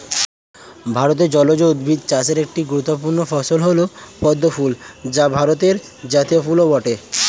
ভারতে জলজ উদ্ভিদ চাষের একটি গুরুত্বপূর্ণ ফসল হল পদ্ম ফুল যা ভারতের জাতীয় ফুলও বটে